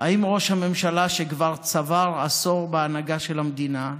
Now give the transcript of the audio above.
האם ראש הממשלה, שכבר צבר עשור בהנהגה של המדינה,